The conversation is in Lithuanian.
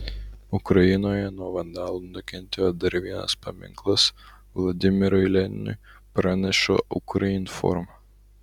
ukrainoje nuo vandalų nukentėjo dar vienas paminklas vladimirui leninui praneša ukrinform